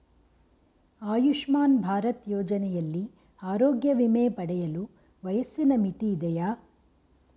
ಆಯುಷ್ಮಾನ್ ಭಾರತ್ ಯೋಜನೆಯಲ್ಲಿ ಆರೋಗ್ಯ ವಿಮೆ ಪಡೆಯಲು ವಯಸ್ಸಿನ ಮಿತಿ ಇದೆಯಾ?